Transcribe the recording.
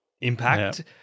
impact